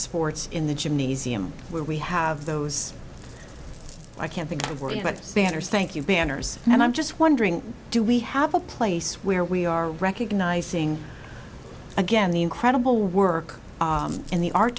sports in the gymnasium where we have those i can't think of worry about spanners thank you banners and i'm just wondering do we have a place where we are recognizing again the incredible work in the art